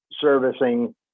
servicing